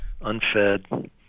unfed